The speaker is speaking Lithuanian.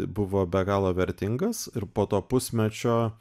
buvo be galo vertingas ir po to pusmečio